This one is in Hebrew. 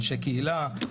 אנשי קהילה,